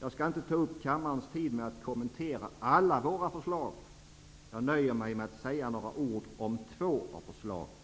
Jag skall inte ta upp kammarens tid med att kommentera alla våra förslag. Jag nöjer mig med att säga några ord om två av förslagen.